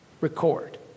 record